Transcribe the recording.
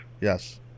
Yes